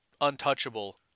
untouchable